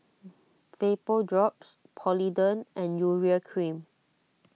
Vapodrops Polident and Urea Cream